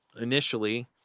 Initially